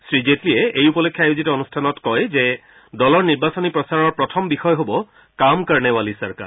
শ্ৰীজেটলীয়ে এই উপলক্ষে আয়োজিত অনুষ্ঠানত কয় যে দলৰ নিৰ্বাচনী প্ৰচাৰৰ প্ৰথম বিষয় হ'ব কাম কৰণে ৱালী চৰকাৰ